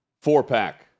four-pack